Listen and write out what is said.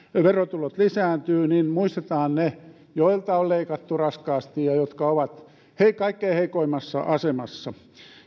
verotulot lisääntyvät muistetaan ne joilta on leikattu raskaasti ja jotka ovat kaikkein heikoimmassa asemassa